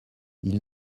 ils